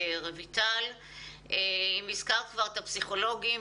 הזכרת את הפסיכולוגית.